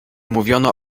mówiono